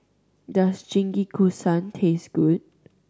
does Jingisukan taste good